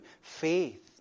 faith